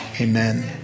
Amen